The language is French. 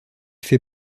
fait